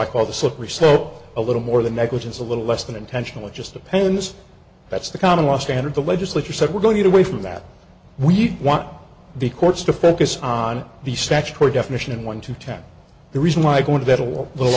i call the slippery slope a little more than negligence a little less than intentional it just depends that's the common law standard the legislature said we're going to do away from that we want the courts to focus on the statutory definition and one to ten the reason why going to